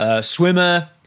swimmer